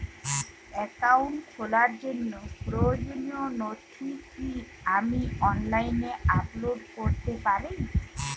Account খোলার জন্য প্রয়োজনীয় নথি কি আমি অনলাইনে আপলোড করতে পারি?